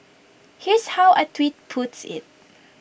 here's how A tweet puts IT